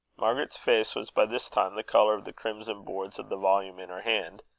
margaret's face was by this time the colour of the crimson boards of the volume in her hand,